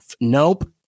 nope